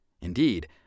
Indeed